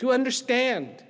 to understand